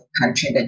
country